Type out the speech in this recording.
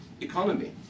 economy